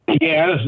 Yes